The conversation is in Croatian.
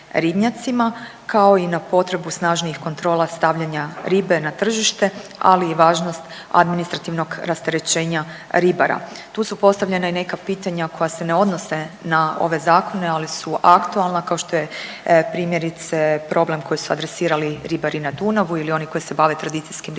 kao i na potrebu snažnijih kontrola stavljanja ribe na tržište, ali i važnost administrativnog rasterećenja ribara. Tu su postavljena i neka pitanja koja se ne odnose na ove zakone, ali su aktualna, kao što je primjerice, problem koji su adresirali ribari na Dunavu ili oni koji se bave tradicijskim ribolovom,